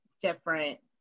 different